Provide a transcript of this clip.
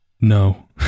No